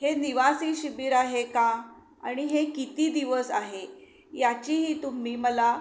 हे निवासी शिबिर आहे का आणि हे किती दिवस आहे याचीही तुम्ही मला